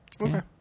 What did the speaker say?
Okay